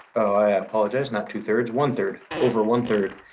i apologize. not two-thirds, one-third. over one-third.